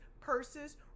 purses